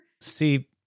See